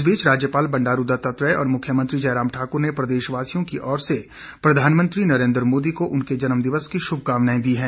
इस बीच राज्यपाल बंडारू दत्तात्रेय और मुख्यमंत्री जय राम ठाकुर ने प्रदेशवासियों की ओर से प्रधानमंत्री नरेन्द्र मोदी को उनके जन्मदिवस की शुभकामनाएं दी है